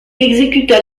exécuta